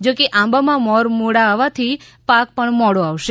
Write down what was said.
જો કે આંબામાં મોર મોડા આવવાથી પાક પણ મોડો આવશે